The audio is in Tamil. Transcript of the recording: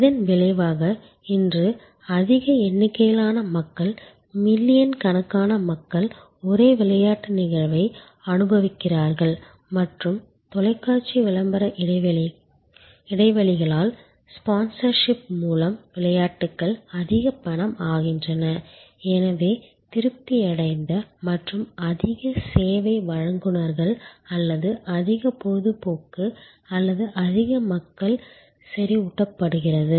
இதன் விளைவாக இன்று அதிக எண்ணிக்கையிலான மக்கள் மில்லியன் கணக்கான மக்கள் ஒரே விளையாட்டு நிகழ்வை அனுபவிக்கிறார்கள் மற்றும் தொலைக்காட்சி விளம்பர இடைவெளிகளால் ஸ்பான்சர்ஷிப் மூலம் விளையாட்டுகள் அதிக பணம் ஆகின்றன எனவே திருப்தியடைந்த மற்றும் அதிக சேவை வழங்குநர்கள் அல்லது அதிக பொழுதுபோக்கு அல்லது அதிக மக்கள் செறிவூட்டப்பட்டது